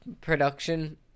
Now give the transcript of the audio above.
production